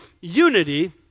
unity